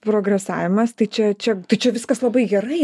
progresavimas tai čia čia tai čia viskas labai gerai